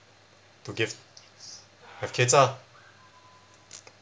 to give have kids ah